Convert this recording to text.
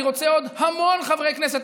אני רוצה עוד המון חברי כנסת,